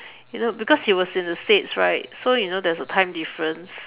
you know because he was in the states right so you know there's a time difference